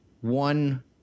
one